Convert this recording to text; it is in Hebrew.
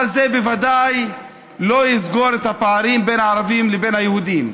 אבל זה בוודאי לא יסגור את הפערים בין הערבים לבין היהודים.